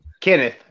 Kenneth